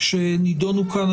שנידונו כאן.